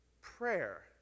Prayer